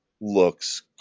looks